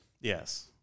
Yes